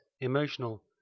emotional